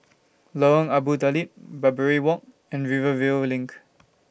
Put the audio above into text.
Lorong Abu Talib Barbary Walk and Rivervale LINK